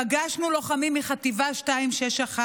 פגשנו לוחמים מחטיבה 261,